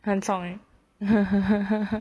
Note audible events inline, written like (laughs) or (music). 很重 leh (laughs)